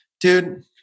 Dude